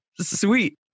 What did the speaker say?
sweet